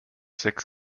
sechs